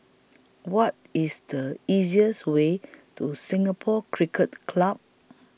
What IS The easiest Way to Singapore Cricket Club